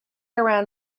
around